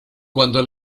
cuando